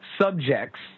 subjects